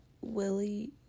willie